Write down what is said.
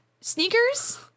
sneakers